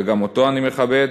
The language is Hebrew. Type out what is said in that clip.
וגם אותו אני מכבד,